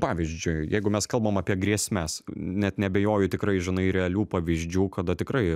pavyzdžiui jeigu mes kalbam apie grėsmes net neabejoju tikrai žinai realių pavyzdžių kada tikrai